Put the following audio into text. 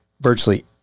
virtually